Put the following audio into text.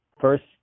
first